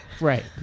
Right